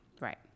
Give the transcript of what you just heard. right